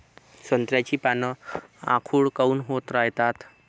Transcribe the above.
संत्र्याची पान आखूड काऊन होत रायतात?